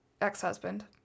ex-husband